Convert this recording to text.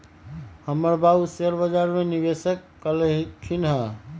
हमर बाबू शेयर बजार में निवेश कलखिन्ह ह